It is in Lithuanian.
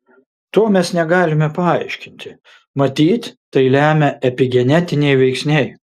to mes negalime paaiškinti matyt tai lemia epigenetiniai veiksniai